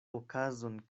okazon